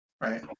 right